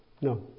no